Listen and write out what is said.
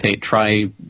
try